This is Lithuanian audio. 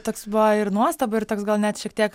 toks buvo ir nuostaba ir toks gal net šiek tiek